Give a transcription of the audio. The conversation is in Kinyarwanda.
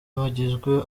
bagizwe